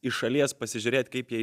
iš šalies pasižiūrėt kaip jie